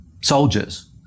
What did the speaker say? soldiers